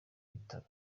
butaro